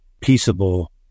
peaceable